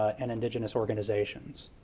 and indigenous organizations.